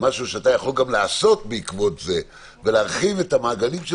משהו שאתה יכול גם לעשות בעקבות זה ולהרחיב את המעגלים,